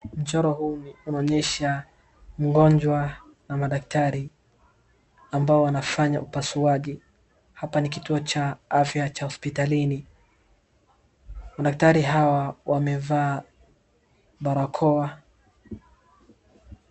Mchoro huu unaonyesha mgonjwa na madaktari ambao wanafanya upasuaji. Hapa ni kituo cha afya cha hospitalini. Madaktari hawa wamevaa barakoa.